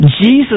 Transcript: Jesus